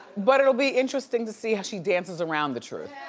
but it'll be interesting to see how she dances around the truth.